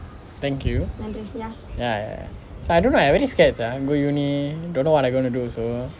thank you ya ya ya so I don't know I very scared sia go university don't know what I'm going to do so